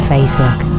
Facebook